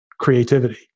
creativity